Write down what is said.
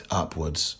upwards